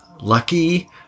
lucky